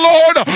Lord